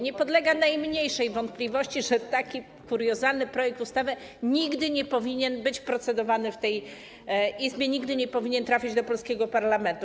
Nie ulega najmniejszej wątpliwości, że taki kuriozalny projekt ustawy nigdy nie powinien być procedowany w tej Izbie, nigdy nie powinien trafić do polskiego parlamentu.